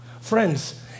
Friends